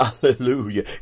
Hallelujah